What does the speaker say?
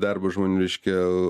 darbo žmonių reiškia